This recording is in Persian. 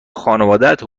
خانوادت